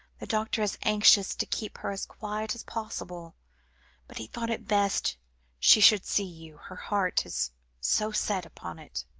the doctor is anxious to keep her as quiet as possible but he thought it best she should see you, her heart is so set upon it.